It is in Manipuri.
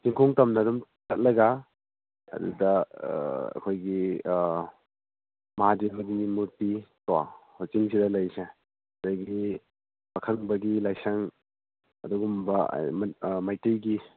ꯆꯤꯡꯈꯣꯡ ꯇꯝꯅ ꯑꯗꯨꯝ ꯆꯠꯂꯒ ꯑꯗꯨꯗ ꯑꯩꯈꯣꯏꯒꯤ ꯃꯍꯥꯗꯦꯕꯒꯤ ꯃꯨꯔꯇꯤ ꯀꯣ ꯍꯧꯖꯤꯛꯀꯤ ꯆꯤꯡꯁꯤꯗ ꯂꯩꯔꯤꯁꯦ ꯑꯗꯒꯤ ꯄꯥꯈꯪꯕꯒꯤ ꯂꯥꯏꯁꯪ ꯑꯗꯨꯒꯨꯝꯕ ꯃꯩꯇꯩꯒꯤ